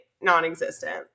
non-existent